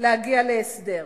להגיע להסדר.